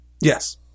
Yes